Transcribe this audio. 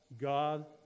God